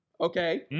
Okay